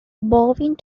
bowing